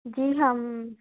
जी हम